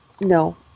no